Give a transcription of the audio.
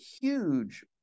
huge